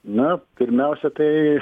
na pirmiausia tai